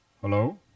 Hello